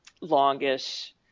longish